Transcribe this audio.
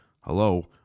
Hello